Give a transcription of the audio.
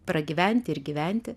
pragyventi ir gyventi